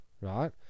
Right